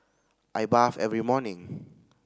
I bath every morning